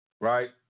right